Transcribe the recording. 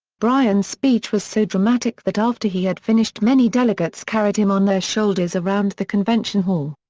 bryan's speech was so dramatic that after he had finished many delegates carried him on their shoulders around the convention hall.